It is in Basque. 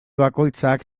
bakoitzak